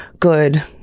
Good